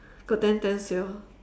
got ten ten sale